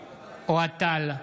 טל,